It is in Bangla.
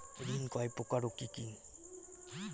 ঋণ কয় প্রকার ও কি কি?